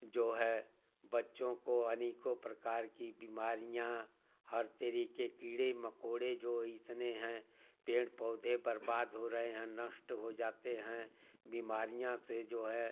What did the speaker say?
जो है बच्चों को अनेकों प्रकार की बीमारियाँ हर तरह के कीड़े मकौड़े जो इतने हैं पेड़ पौधे बर्बाद हो रहे हैं और नष्ट हो जाते हैं बीमारियाँ से जो है